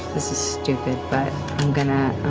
this is stupid but i'm going to